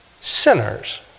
sinners